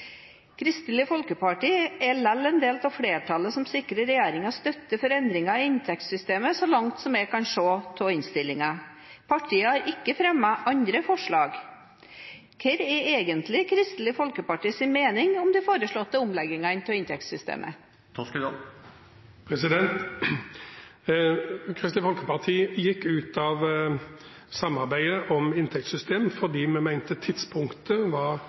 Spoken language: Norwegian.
Kristelig Folkeparti er likevel en del av flertallet som sikrer regjeringen støtte for endringer i inntektssystemet, så langt som jeg kan se i innstillingen. Partiet har ikke fremmet andre forslag. Hva er egentlig Kristelig Folkepartis mening om de foreslåtte omleggingene i inntektssystemet? Kristelig Folkeparti gikk ut av samarbeidet om inntektssystem, fordi vi mente tidspunktet var